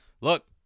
look